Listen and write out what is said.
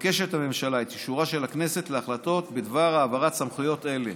מבקשת הממשלה את אישורה של הכנסת להחלטות בדבר העברת סמכויות אלה: